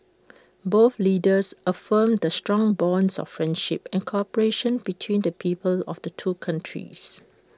both leaders affirmed the strong bonds of friendship and cooperation between the peoples of the two countries